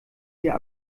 hier